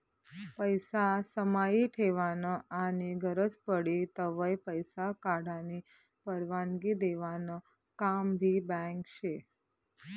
पैसा समाई ठेवानं आनी गरज पडी तव्हय पैसा काढानी परवानगी देवानं काम भी बँक शे